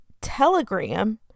Telegram